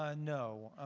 ah no.